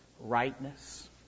rightness